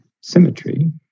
symmetry